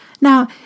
Now